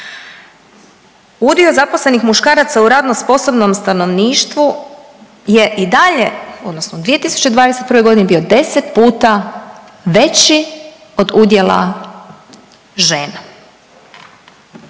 Udio zaposlenih muškaraca u radno sposobnom stanovništvu je i dalje, odnosno u 2021. g. bio 10 puta veći od udjela žena.